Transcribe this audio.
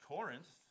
Corinth